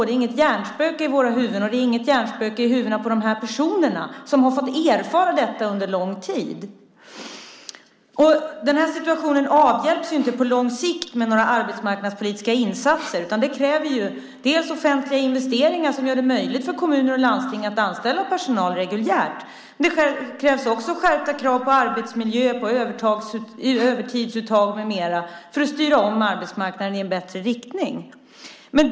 Det är inget hjärnspöke i våra huvuden, och det är inget hjärnspöke i huvudena på dessa personer som har fått erfara det under lång tid. Den situationen avhjälps inte på lång sikt med några arbetsmarknadspolitiska insatser. Det krävs offentliga investeringar som gör det möjligt för kommuner och landsting att anställa personal reguljärt. Det krävs också skärpta krav på arbetsmiljö, övertidsuttag med mera för att styra om arbetsmarknaden i en bättre riktning.